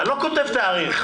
אתה לא כותב תאריך.